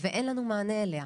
ואין לנו מענה אליה,